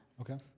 Okay